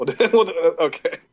okay